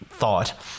thought